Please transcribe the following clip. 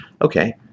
okay